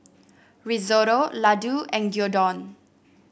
Risotto Ladoo and Gyudon